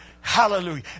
Hallelujah